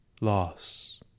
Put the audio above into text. loss